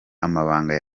amabanga